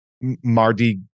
Mardi